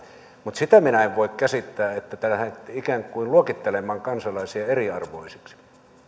mutta sitä minä en voi käsittää että te lähdette ikään kuin luokittelemaan kansalaisia eriarvoisiksi